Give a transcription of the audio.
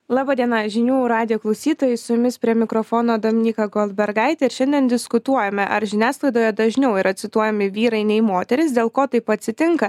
laba diena žinių radijo klausytojai su jumis prie mikrofono dominykai goldbergaitė ir šiandien diskutuojame ar žiniasklaidoje dažniau yra cituojami vyrai nei moterys dėl ko taip atsitinka